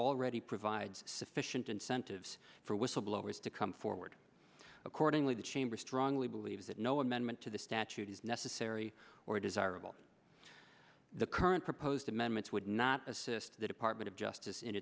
already provides sufficient incentives for whistleblowers to come forward accordingly the chamber strongly believes that no amendment to the statute is necessary or desirable the current proposed amendments would not assist the department of justice